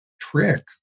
trick